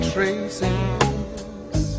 Traces